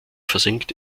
versinkt